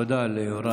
תודה ליוראי להב הרצנו.